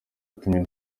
yatumye